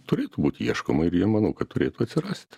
turėtų būti ieškoma ir jie manau kad turėtų atsirasti